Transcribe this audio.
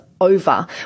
over